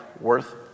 worth